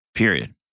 period